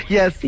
Yes